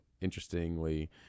Interestingly